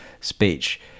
speech